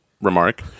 remark